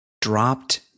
dropped